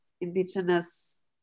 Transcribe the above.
indigenous